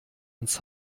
uns